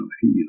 heal